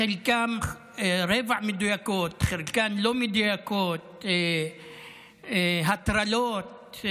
חלקן רבע מדויקות, חלקן לא מדויקות, יש הטרלות,